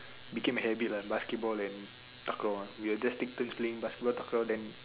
became a habit lah basketball and takraw ah we will just take turns playing basketball takraw then